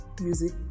Music